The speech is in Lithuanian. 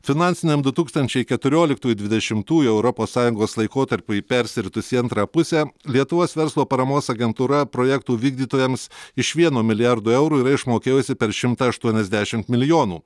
finansiniam du tūkstančiai keturioliktųjų dvidešimtųjų europos sąjungos laikotarpiui persiritus į antrą pusę lietuvos verslo paramos agentūra projektų vykdytojams iš vieno milijardo eurų yra išmokėjusi per šimtą aštuoniasdešimt milijonų